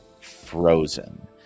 frozen